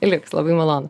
liuks labai malonu